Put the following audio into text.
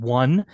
one